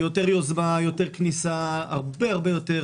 יותר יוזמה, יותר כניסה, הרבה הרבה יותר